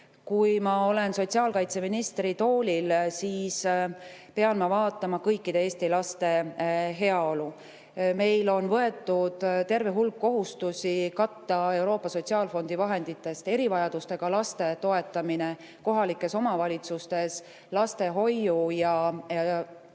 ma olen sotsiaalkaitseministri toolil, siis ma pean vaatama kõikide Eesti laste heaolu. Meil on võetud terve hulk kohustusi, mida katta Euroopa Sotsiaalfondi vahenditest. Erivajadustega laste toetamine kohalikes omavalitsustes lastehoiu‑ ja tugiisikuteenuse